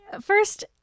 first